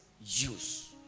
use